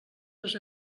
les